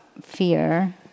fear